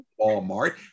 Walmart